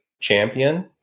champion